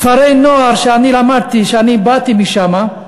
כפרי-נוער, אני למדתי, אני באתי משם,